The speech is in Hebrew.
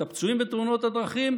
את הפצועים בתאונות הדרכים,